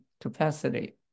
capacity